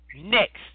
next